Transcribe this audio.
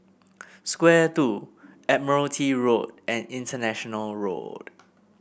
Square Two Admiralty Road and International Road